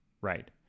right